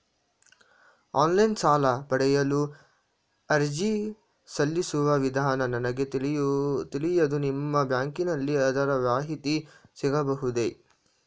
Online ಸಾಲ ಪಡೆಯಲು ಅರ್ಜಿ ಸಲ್ಲಿಸುವ ವಿಧಾನ ನನಗೆ ತಿಳಿಯದು ನಿಮ್ಮ ಬ್ಯಾಂಕಿನಲ್ಲಿ ಅದರ ಮಾಹಿತಿ ಸಿಗಬಹುದೇ?